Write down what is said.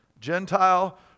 Gentile